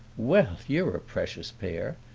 well, you're a precious pair!